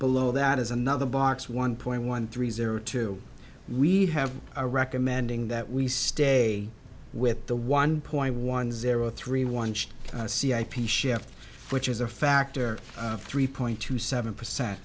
below that is another box one point one three zero two we have are recommending that we stay with the one point one zero three one should see ip shift which is a factor of three point two seven percent